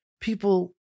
people